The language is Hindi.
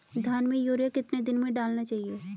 धान में यूरिया कितने दिन में डालना चाहिए?